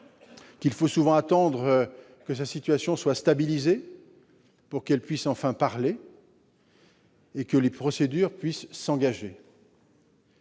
et il faut souvent attendre que sa situation soit stabilisée pour qu'elle puisse enfin parler et que les procédures puissent être engagées.